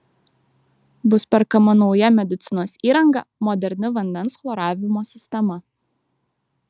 bus perkama nauja medicinos įranga moderni vandens chloravimo sistema